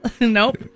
Nope